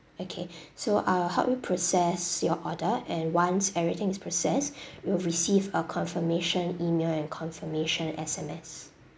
okay so I'll help you process your order and once everything is processed you'll receive a confirmation email and confirmation S_M_S